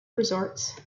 resorts